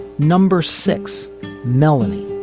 number six melanie.